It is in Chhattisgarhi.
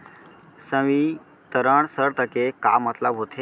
संवितरण शर्त के का मतलब होथे?